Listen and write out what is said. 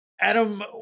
Adam